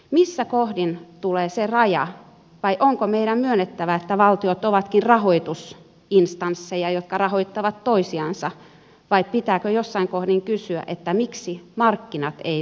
missä kohdin tulee se raja vai onko meidän myönnettävä että valtiot ovatkin rahoitusinstansseja jotka rahoittavat toisiansa vai pitääkö jossain kohdin kysyä miksi markkinat eivät toimi